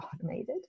automated